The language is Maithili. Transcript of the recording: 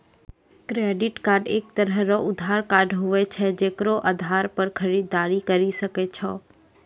क्रेडिट कार्ड एक तरह रो उधार कार्ड हुवै छै जेकरो आधार पर खरीददारी करि सकै छो